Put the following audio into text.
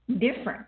different